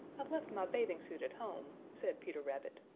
i've left my bathing suit at home, said peter rabbit.